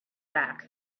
back